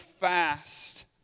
fast